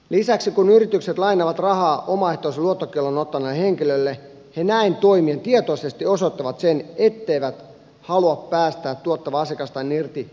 lisäksi kun yritykset lainaavat rahaa omaehtoisen luottokiellon ottaneelle henkilölle ne näin toimien tietoisesti osoittavat sen etteivät halua päästää tuottavaa asiakastaan irti pikavippiriippuvuudesta